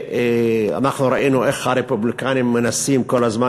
וראינו איך הרפובליקנים מנסים כל הזמן